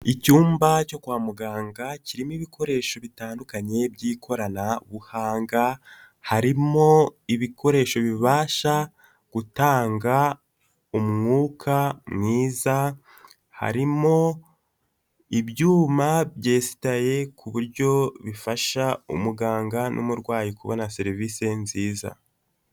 Icyumba cyo kwa muganga kirimo ibikoresho bitandukanye by'ikoranabuhanga, harimo ibikoresho bibasha gutanga umwuka mwiza, harimo ibyuma byesitaye ku buryo bifasha umuganga n'umurwayi kubona serivise nziza.